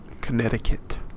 Connecticut